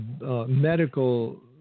medical